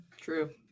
True